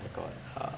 I got a